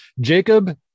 Jacob